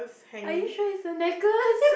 are you sure is a necklace